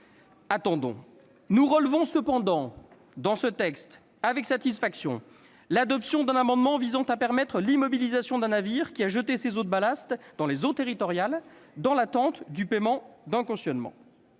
Attendons ... Nous relevons cependant avec satisfaction l'adoption d'un amendement visant à permettre l'immobilisationd'un navire qui a jeté ses eaux de ballast dans les eaux territoriales, dans l'attente du paiement d'un cautionnement.